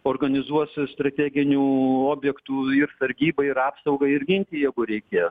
organizuos strateginių objektų ir sargybą ir apsaugą ir gintį jeigu reikės